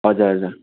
हजुर हजुर